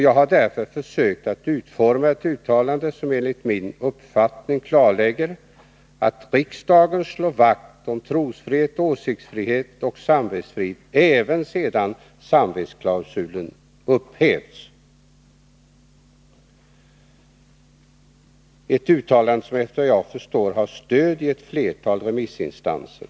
Jag har därför försökt att utforma ett uttalande som enligt min uppfattning klarlägger att riksdagen slår vakt om trosfrihet, åsiktsfrihet och samvetsfrid även sedan samvetsklausulen upphävts — ett uttalande som enligt vad jag förstår har stöd i ett flertal remissinstanser.